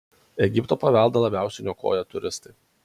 egipto paveldą labiausiai niokoja turistai